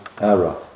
error